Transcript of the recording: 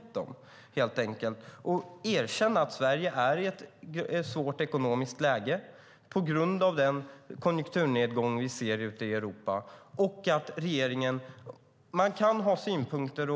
Är det inte dags att erkänna att Sverige är i ett svårt ekonomiskt läge på grund av den konjunkturnedgång vi ser ute i Europa? Man kan ha synpunkter